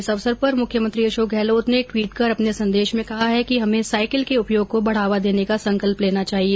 इस अवसर पर मुख्यमंत्री अशोक गहलोत ने ट्वीट कर अपने संदेश में कहा है कि हमे साईकिल के उपयोग को बढावा देने का संकल्प लेना चाहिए